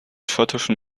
schottischen